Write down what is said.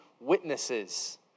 witnesses